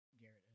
Garrett